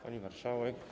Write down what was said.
Pani Marszałek!